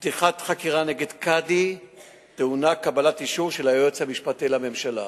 פתיחת חקירה נגד קאדי טעונה אישור של היועץ המשפטי לממשלה.